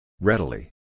Readily